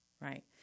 right